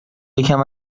یکم